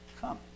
Come